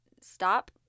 stop